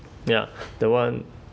ya the one